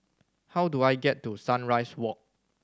how do I get to Sunrise Walk